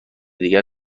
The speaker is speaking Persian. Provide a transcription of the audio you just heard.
دیگر